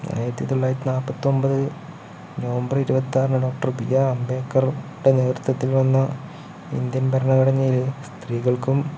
ആയിരത്തിത്തൊള്ളായിരത്തി നാപ്പത്തൊമ്പത് നവംമ്പർ ഇരുപത്താറിനു ഡോക്ടർ ബിആർ അംബേദ്കറുടെ നേതൃത്വത്തിൽ വന്ന ഇന്ത്യൻ ഭരണഘടനയില് സ്ത്രീകൾക്കും